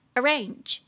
Arrange